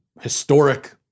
historic